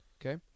Okay